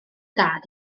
dad